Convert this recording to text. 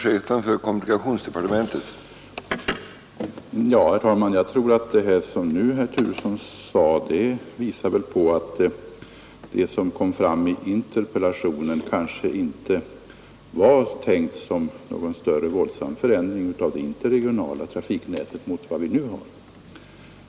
Herr talman! Vad herr Turesson sade senast tyder på att det som kom fram i interpellationen kanske inte var tänkt som någon mera våldsam förändring av det interregionala trafiknätet, jämfört med det nuvarande.